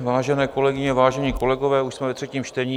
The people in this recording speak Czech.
Vážené kolegyně, vážení kolegové, už jsme ve třetím čtení.